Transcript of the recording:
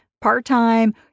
part-time